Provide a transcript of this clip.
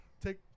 take